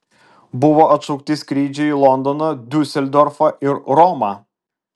buvo atšaukti skrydžiai į londoną diuseldorfą ir romą